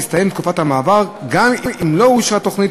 תסתיים תקופת המעבר גם אם לא אושרה תוכנית